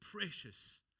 precious